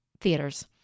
theaters